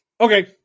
Okay